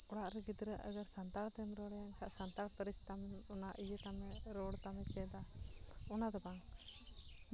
ᱚᱲᱟᱜ ᱨᱮ ᱜᱤᱫᱽᱨᱟᱹ ᱟᱜᱮ ᱥᱟᱱᱛᱟᱲ ᱛᱮᱢ ᱨᱚᱲ ᱟᱭᱟ ᱵᱟᱝᱠᱷᱟᱱ ᱥᱟᱱᱛᱟᱲ ᱯᱟᱹᱨᱤᱥ ᱛᱟᱢ ᱚᱱᱟ ᱤᱭᱟᱹ ᱛᱟᱢᱮ ᱨᱚᱲ ᱛᱟᱢᱮ ᱪᱮᱫᱟ ᱚᱱᱟ ᱫᱚ ᱵᱟᱝ